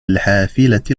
الحافلة